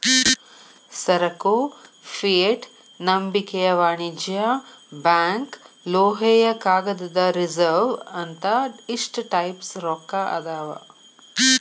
ಸರಕು ಫಿಯೆಟ್ ನಂಬಿಕೆಯ ವಾಣಿಜ್ಯ ಬ್ಯಾಂಕ್ ಲೋಹೇಯ ಕಾಗದದ ರಿಸರ್ವ್ ಅಂತ ಇಷ್ಟ ಟೈಪ್ಸ್ ರೊಕ್ಕಾ ಅದಾವ್